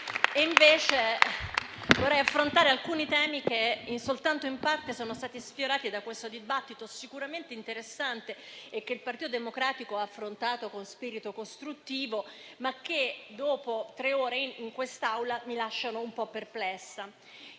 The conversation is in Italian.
invece, di alcuni temi, che soltanto in parte sono stati sfiorati da un dibattito sicuramente interessante, che il Partito Democratico ha affrontato con spirito costruttivo, ma che, dopo tre ore in quest'Aula, mi lascia un po' perplessa.